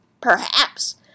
Perhaps